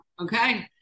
Okay